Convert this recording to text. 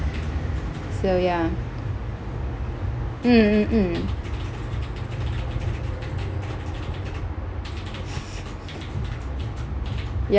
so ya mm mm mm